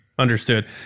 understood